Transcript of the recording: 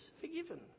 forgiven